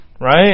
Right